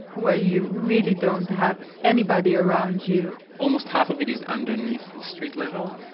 were you really don't have anybody around you almost half of it is underneath the street level,